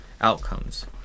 outcomes